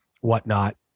whatnot